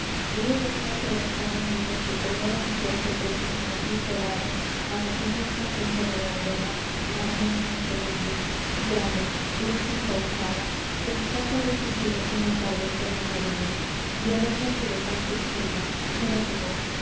yo le veia entre las vagas nubes que colora el sol que presta su matiz dorado á la primer sonrisa de la aurora la armonía solemne grave dulce y pausada que encanta los sentidos en la tarde serena de luz de aromas y de cantos llena era su voz